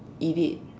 eat it